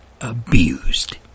abused